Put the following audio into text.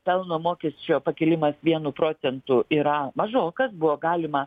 pelno mokesčio pakėlimas vienu procentu yra mažokas buvo galima